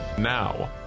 Now